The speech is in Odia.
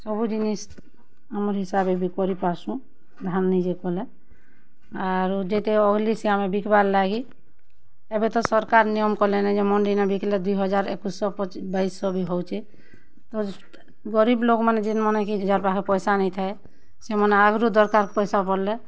ସବୁ ଜିନିଷ୍ ଆମର୍ ହିସାବେ ବି କରିପାର୍ସୁଁ ଧାନ୍ ନିଜେ କଲେ ଆରୁ ଯେତେ ଅଗ୍ଲିସି ଆମେ ବିକ୍ବାର୍ ଲାଗି ଏବେ ତ ସର୍କାର୍ ନିୟମ କଲେନ ଯେ ମଣ୍ଡିନେ ବିକ୍ଲେ ଦୁଇ ହଜାର୍ ଏକୁଶ ଶହ ବାଇଶ ଶହ ବି ହଉଛେ ତ ଗରିବ୍ ଲୋକ୍ମାନେ ଯେନ୍ମାନେ କି ଯାର୍ ପାଖେ ପଏସା ନେଇଁ ଥାଏ ସେମାନେ ଆଗ୍ରୁ ଦର୍କାର୍ ପଏସା ବଏଲେ